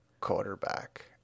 quarterback